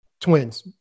twins